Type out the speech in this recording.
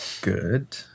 good